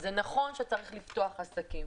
זה נכון שצריך לפתוח עסקים